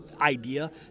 idea